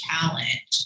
challenge